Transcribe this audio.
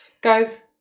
Guys